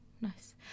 nice